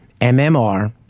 MMR